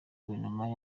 guverineri